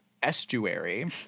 estuary